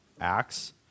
Acts